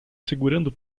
segurando